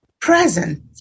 present